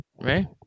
right